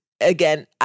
Again